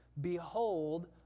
behold